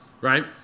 right